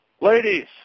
ladies